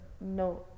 no